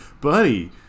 buddy